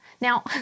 Now